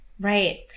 Right